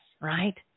right